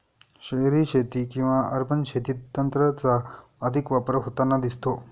शहरी शेती किंवा अर्बन शेतीत तंत्राचा अधिक वापर होताना दिसतो